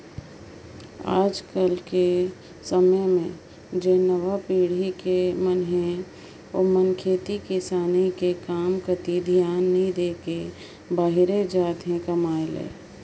आएज कर समे में जेन नावा पीढ़ी कर मन अहें ओमन खेती किसानी कर काम कती धियान नी दे के बाहिरे जात अहें कमाए ले